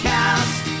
Cast